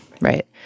Right